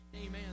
Amen